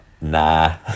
nah